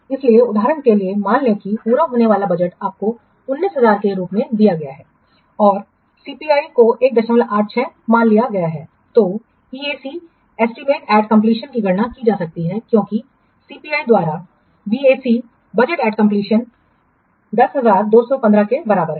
इसलिए उदाहरण के लिए मान लें कि पूरा होने वाला बजट आपको 19000 के रूप में दिया गया है और CPI को 186 मान लिया गया है तो EAC की गणना की जा सकती है क्योंकि CPI द्वारा BAC 10215 के बराबर है